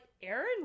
Aaron